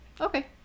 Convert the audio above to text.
Okay